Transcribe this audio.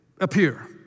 appear